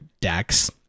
decks